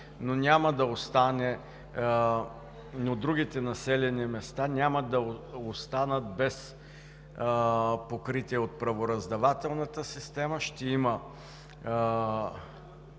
на районния съд, но другите населени места няма да останат без покритие от правораздавателната система. Ще има